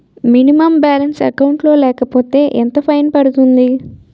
Minimum balance account లో లేకపోతే ఎంత ఫైన్ పడుతుంది?